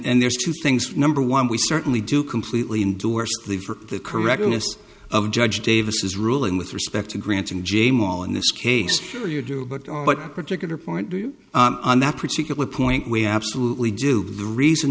and there's two things number one we certainly do completely endorse the for the correctness of judge davis's ruling with respect to granting jame all in this case sure you do but what particular point to you on that particular point we absolutely do the reason